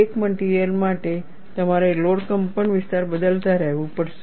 એક મટિરિયલ માટે તમારે લોડ કંપનવિસ્તાર બદલતા રહેવું પડશે